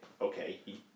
okay